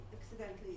accidentally